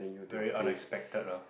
very unexpected ah